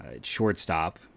shortstop